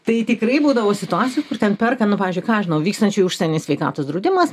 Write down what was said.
tai tikrai būdavo situacijų kur ten perka nu pavyzdžiui ką aš žinau vykstančių į užsienį sveikatos draudimas